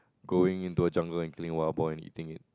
going into a jungle and killing wild boar and eating it